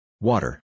Water